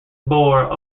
bore